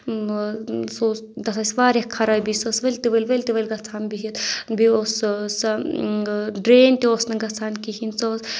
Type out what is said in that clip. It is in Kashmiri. سُہ اوس تَتھ ٲسۍ واریاہ خرابی سۄ ٲس ؤلۍ تہِ ؤلۍ ؤلۍ تہِ ؤلۍ گژھان بِہِتھ بیٚیہِ اوس سُہ سۄ ڈرٛین تہِ اوس نہٕ گژھان کِہیٖنۍ سۄ ٲس